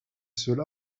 cela